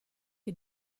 che